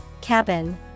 Cabin